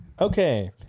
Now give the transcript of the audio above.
Okay